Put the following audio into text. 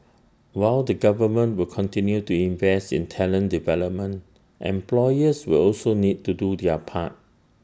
while the government will continue to invest in talent development employers will also need to do their part